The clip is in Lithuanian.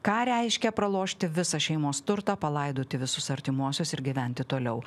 ką reiškia pralošti visą šeimos turtą palaidoti visus artimuosius ir gyventi toliau